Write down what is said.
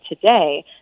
today